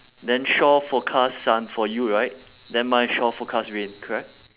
then shore forecast sun for you right then mine shore forecast rain correct